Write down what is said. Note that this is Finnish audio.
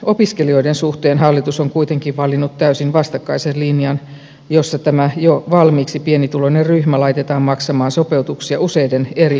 opiskelijoiden suhteen hallitus on kuitenkin valinnut täysin vastakkaisen linjan jossa tämä jo valmiiksi pienituloinen ryhmä laitetaan maksamaan sopeutuksia useiden eri säästökohteiden kautta